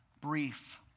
brief